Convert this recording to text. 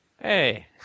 Hey